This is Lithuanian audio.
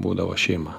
būdavo šeima